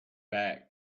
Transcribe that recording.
back